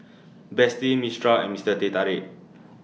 Betsy Mistral and Mister Teh Tarik